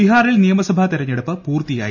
ബിഹാറിൽ നിയമസഭാ തെരഞ്ഞെടുപ്പ് പൂർത്തിയായി